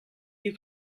you